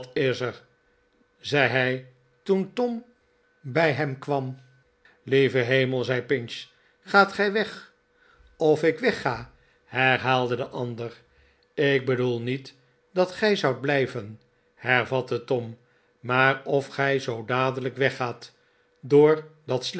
is er zei hij toen tom bij hem kwam lieve hemel zei pinch gaat'gij weg of ik wegga herhaalde de ander ik bedoel niet dat gij zoudt blijven hervatte tom maar of gij zoo dadelijk weggaat door